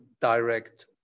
direct